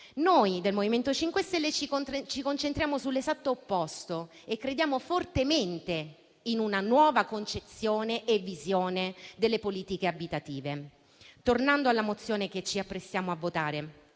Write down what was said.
noi del MoVimento 5 Stelle ci concentriamo sull'esatto opposto e crediamo fortemente in una nuova concezione e visione delle politiche abitative. Tornando alla mozione che ci apprestiamo a votare,